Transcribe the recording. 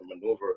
maneuver